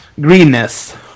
greenness